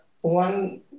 One